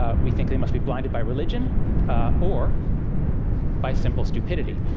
ah we think they must be blinded by religion or by simple stupidity.